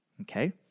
okay